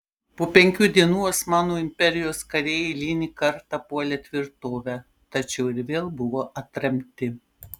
po penkių dienų osmanų imperijos kariai eilinį kartą puolė tvirtovę tačiau ir vėl buvo atremti